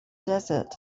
desert